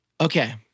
Okay